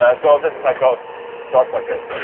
ah so this is how it goes, it starts like this.